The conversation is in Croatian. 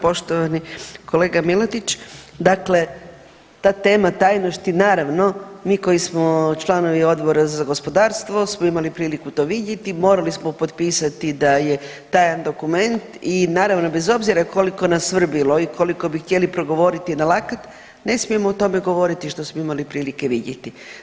Poštovani kolega Miletić, dakle ta tema tajnosti naravno mi koji smo članovi Odbora za gospodarstvo smo imali priliku to vidjeti, morali smo potpisati da je tajan dokument i naravno bez obzira koliko nas svrbilo i koliko bi htjeli progovoriti na lakat ne smijemo o tome govoriti što smo imali prilike vidjeti.